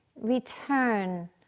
return